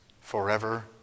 forever